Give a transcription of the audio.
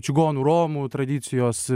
čigonų romų tradicijos